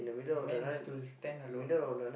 meant to stand alone